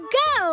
go